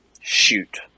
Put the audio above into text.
shoot